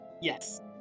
Yes